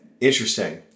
interesting